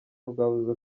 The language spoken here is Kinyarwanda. rwavuze